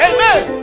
Amen